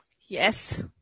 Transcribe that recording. Yes